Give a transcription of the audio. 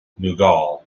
mughal